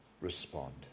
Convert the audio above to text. respond